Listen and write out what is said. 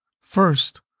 First